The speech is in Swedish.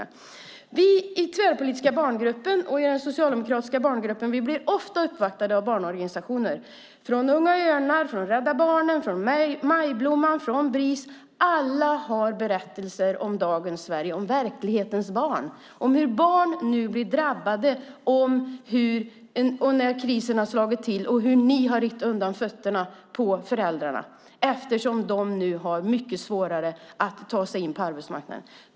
Vi i den tvärpolitiska barngruppen och i den socialdemokratiska barngruppen blir ofta uppvaktade av barnorganisationer, Unga Örnar, Rädda Barnen, Majblomman och Bris. Alla har berättelser om dagens Sverige, om verklighetens barn, om hur barn nu blir drabbade när krisen har slagit till och hur ni har slagit undan benen på föräldrarna, eftersom de nu har mycket svårare att ta sig in på arbetsmarknaden.